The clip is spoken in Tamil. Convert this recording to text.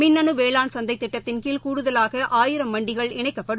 மின்னணு வேளாண் சந்தை திட்டத்தின் கீழ் கூடுதலாக ஆயிரம் மண்டிகள் இணைக்கப்படும்